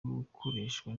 ukoreshwa